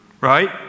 right